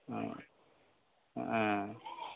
ஆ ஆ